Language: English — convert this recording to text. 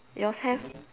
yours have